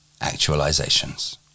actualizations